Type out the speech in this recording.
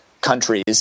countries